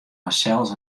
harsels